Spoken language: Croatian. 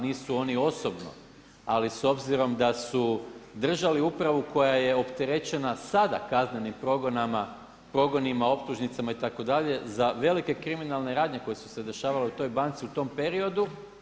Nisu oni osobno, ali s obzirom da su držali upravu koja je opterećena sada kaznenim progonima, optužnicama itd. za velike kriminalne radnje koje su se dešavale u toj banci u tom periodu.